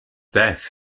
death